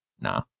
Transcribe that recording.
Nah